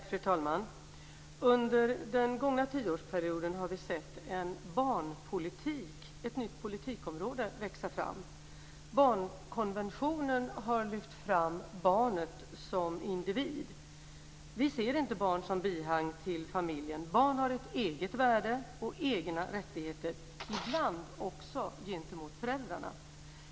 Fru talman! Under den gångna tioårsperioden har vi sett en barnpolitik - ett nytt politikområde - växa fram. Barnkonventionen har lyft fram barnet som individ. Vi ser inte barn som bihang till familjen. Barn har ett eget värde och egna rättigheter, ibland också gentemot föräldrarna.